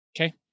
Okay